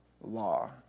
law